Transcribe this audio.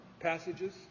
passages